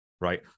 Right